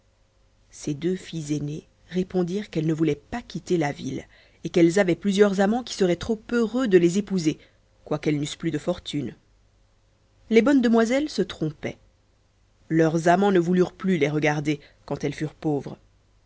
ses deux filles aînées répondirent qu'elles ne voulaient pas quitter la ville et qu'elles avaient plusieurs amans qui seraient trop heureux de les épouser quoiqu'elles n'eussent plus de fortune les bonnes demoiselles se trompaient leurs amans ne voulurent plus les regarder quand elles furent pauvres